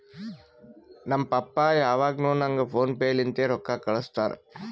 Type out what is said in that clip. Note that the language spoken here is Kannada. ನಮ್ ಪಪ್ಪಾ ಯಾವಾಗ್ನು ನಂಗ್ ಫೋನ್ ಪೇ ಲಿಂತೆ ರೊಕ್ಕಾ ಕಳ್ಸುತ್ತಾರ್